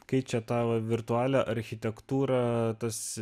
kai čia tą virtualią architektūrą tas